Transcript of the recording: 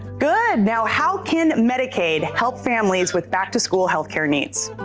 good now how can medicaid help families with back to school health care needs.